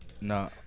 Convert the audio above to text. no